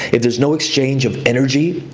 if there's no exchange of energy,